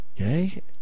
Okay